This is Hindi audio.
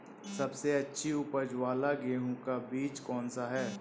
सबसे अच्छी उपज वाला गेहूँ का बीज कौन सा है?